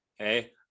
Okay